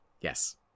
yes